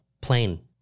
Plain